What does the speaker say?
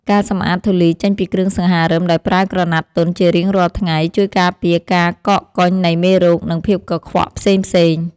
ការសម្អាតធូលីចេញពីគ្រឿងសង្ហារឹមដោយប្រើក្រណាត់ទន់ជារៀងរាល់ថ្ងៃ ជួយការពារការកកកុញនៃមេរោគ និងភាពកខ្វក់ផ្សេងៗ។